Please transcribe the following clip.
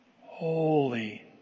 holy